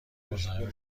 مزاحم